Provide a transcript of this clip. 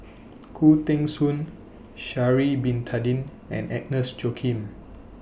Khoo Teng Soon Sha'Ari Bin Tadin and Agnes Joaquim